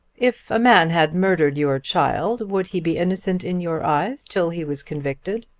if a man had murdered your child, would he be innocent in your eyes till he was convicted?